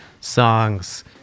songs